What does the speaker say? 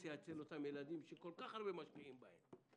לרגרסיה אצל אותם ילדים שכל כך הרבה משקיעים בהם?